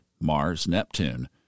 Mars-Neptune